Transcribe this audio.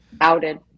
Outed